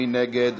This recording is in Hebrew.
מי נגד?